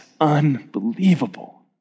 unbelievable